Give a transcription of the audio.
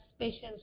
patients